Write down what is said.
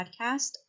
podcast